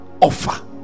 Offer